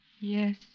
Yes